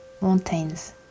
mountains